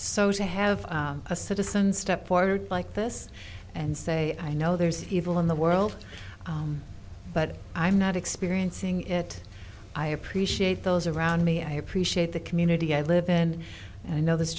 so to have a citizen step forward like this and say i know there's evil in the world but i'm not experiencing it i appreciate those around me i appreciate the community i live in and i know this